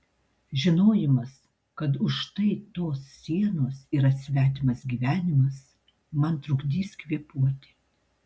žinojimas kad už štai tos sienos yra svetimas gyvenimas man trukdys kvėpuoti